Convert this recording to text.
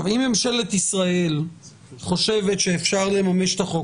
אם ממשלת ישראל חושבת שאפשר לממש את החוק,